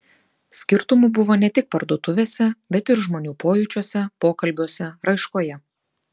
skirtumų buvo ne tik parduotuvėse bet ir žmonių pojūčiuose pokalbiuose raiškoje